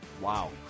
Wow